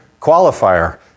qualifier